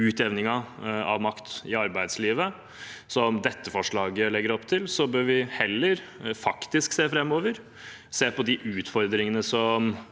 utjevningen av makt i arbeidslivet, som dette forslaget legger opp til, bør vi faktisk heller se framover. Vi bør se på de utfordringene som